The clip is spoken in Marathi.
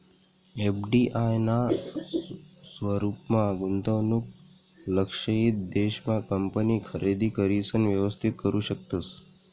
एफ.डी.आय ना स्वरूपमा गुंतवणूक लक्षयित देश मा कंपनी खरेदी करिसन व्यवस्थित करू शकतस